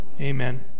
amen